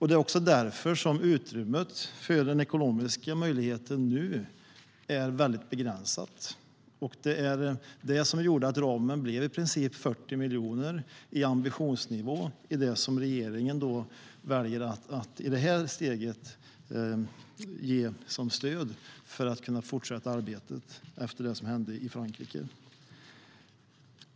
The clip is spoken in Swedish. Det är också därför som det ekonomiska utrymmet är väldigt begränsat. Därför blev också ramen 40 miljoner i ambitionsnivå som regeringen i det här steget väljer att ge som stöd - detta för att kunna fortsätta arbetet efter det som hände i Frankrike.